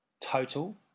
total